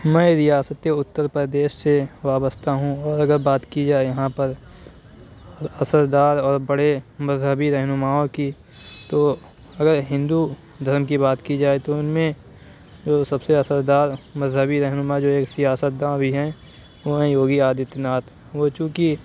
میں ریاستِ اُتر پردیش سے وابستہ ہوں اور اگر بات کہ جائے یہاں پر اثردار اور بڑے مذہبی رہنماؤں کی تو اگر ہندو دھرم کی بات کہ جائے تو اُن میں جو سب سے اثردار مذہبی رہنما جو ایک سیاست داں بھی ہیں وہ ہیں ہوگی آدتیہ ناتھ وہ چوں کہ